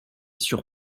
sur